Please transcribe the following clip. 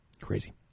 Crazy